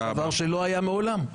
דבר שלא היה מעולם.